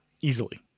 easily